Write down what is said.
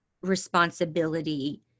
responsibility